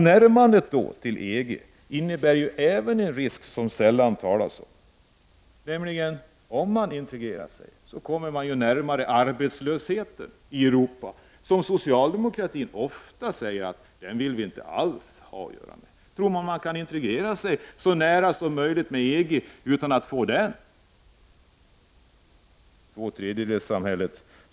Närmandet till EG innebär dessutom en risk som det sällan talas om, nämligen att man vid en integration kommer närmare arbetslösheten i Europa, som socialdemokraterna ofta säger att man inte alls vill ha att göra med. Tror man att man kan anpassa sig så nära som möjligt till EG utan att få del av dess arbetslöshet?